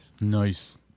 Nice